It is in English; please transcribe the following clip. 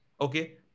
Okay